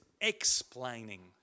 explaining